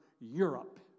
Europe